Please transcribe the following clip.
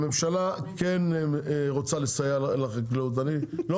הממשלה הזאת כן רוצה לסייע לחקלאות; זה לא